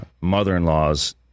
mother-in-law's